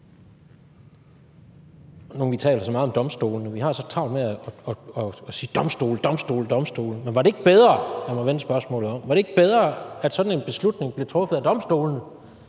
hvor vi taler så meget om domstolene: Vi har travlt med sige, domstole, domstole, men var det ikke bedre – og lad mig vende spørgsmålet om – at sådan en beslutning bliver truffet af domstolene,